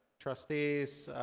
trustees,